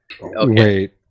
Wait